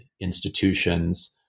institutions